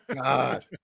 God